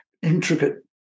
Intricate